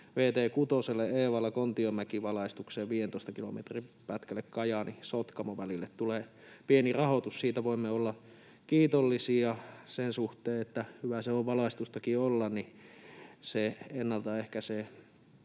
6:lle Eevala—Kontiomäki-valaistukseen 15 kilometrin pätkälle Kajaani—Sotkamo-välille tulee pieni rahoitus. Siitä voimme olla kiitollisia sen suhteen, että hyvä se on valaistustakin olla. Se ennaltaehkäisee